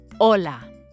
Hola